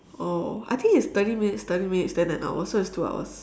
oh I think it's thirty minutes thirty minutes than an hour so it's two hours